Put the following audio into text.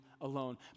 alone